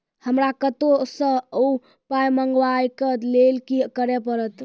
हमरा कतौ सअ पाय मंगावै कऽ लेल की करे पड़त?